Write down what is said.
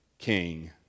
King